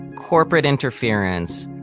corporate interference,